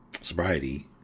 sobriety